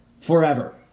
forever